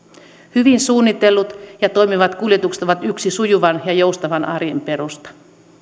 hyvin suunnitellut ja toimivat kuljetukset ovat yksi sujuvan ja joustavan arjen perusta